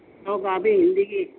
سو copy Hindi